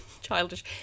childish